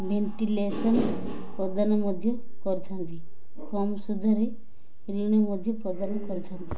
ventilation ପ୍ରଦାନ ମଧ୍ୟ କରିଛନ୍ତି କମ୍ ସୁଧରେ ଋଣ ମଧ୍ୟ ପ୍ରଦାନ କରିଥାନ୍ତି